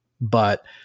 but-